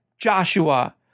Joshua